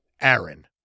Aaron